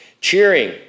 cheering